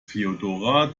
feodora